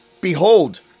behold